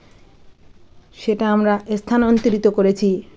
সেটা আমরা স্থানান্তরিত করেছি